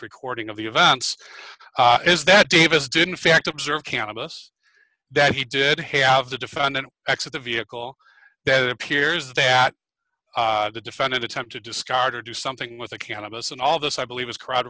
recording of the events is that davis did in fact observe cannabis that he did have the defendant exit the vehicle that appears that the defendant attempt to discard or do something with the cannabis and all this i believe his crowd